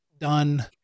done